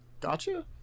Gotcha